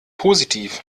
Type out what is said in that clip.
positiv